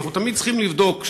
אנחנו תמיד צריכים לבדוק.